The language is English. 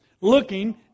looking